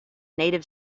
native